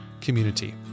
community